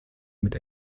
mit